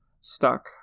stuck